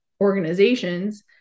organizations